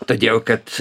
todėl kad